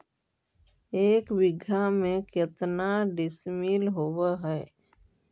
एक बीघा में केतना डिसिमिल होव हइ?